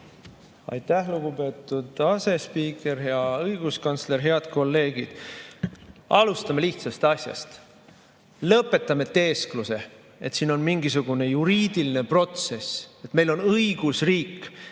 Aitäh, lugupeetud asespiiker! Hea õiguskantsler! Head kolleegid! Alustame lihtsast asjast. Lõpetame teeskluse, et siin on mingisugune juriidiline protsess, et meil on õigusriik,